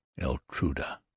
Eltruda